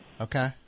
Okay